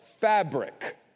fabric